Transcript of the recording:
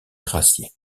gracié